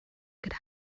could